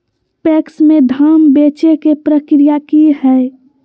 PACS में धाम बेचे के प्रक्रिया की हय?